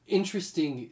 interesting